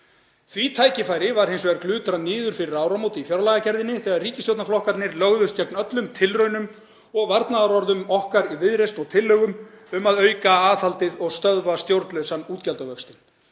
Því tækifæri var hins vegar glutrað niður fyrir áramót í fjárlagagerðinni þegar ríkisstjórnarflokkarnir lögðust gegn öllum tilraunum og varnaðarorðum okkar í Viðreisn og tillögum um að auka aðhaldið og stöðva stjórnlausan útgjaldavöxtinn.